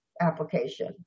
application